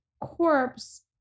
corpse